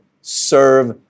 Serve